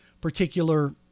particular